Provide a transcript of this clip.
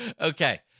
Okay